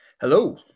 Hello